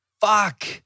fuck